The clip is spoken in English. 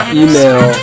email